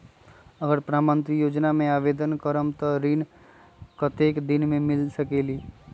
अगर प्रधानमंत्री योजना में आवेदन करम त ऋण कतेक दिन मे मिल सकेली?